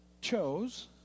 chose